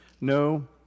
no